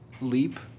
leap